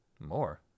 More